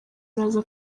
araza